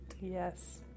Yes